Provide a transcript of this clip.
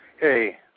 Hey